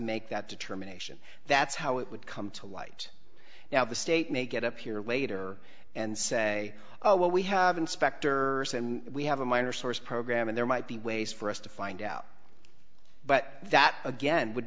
make that determination that's how it would come to light now the state may get up here later and say oh well we have inspector we have a minor source program and there might be ways for us to find out but that again would